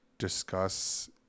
discuss